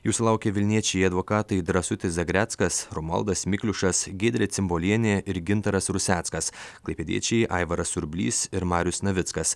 jų sulaukė vilniečiai advokatai drąsutis zagreckas romualdas mikliušas giedrė cimbolienė ir gintaras ruseckas klaipėdiečiai aivaras surblys ir marius navickas